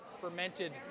fermented